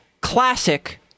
classic